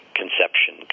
conception